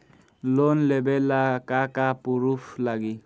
Loan लेबे ला का का पुरुफ लागि?